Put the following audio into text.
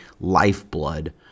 lifeblood